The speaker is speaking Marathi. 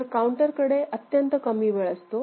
तर काउंटरकडे अत्यंत कमी वेळ असतो